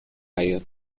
حیاط